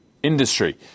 industry